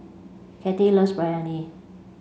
Cathie loves Biryani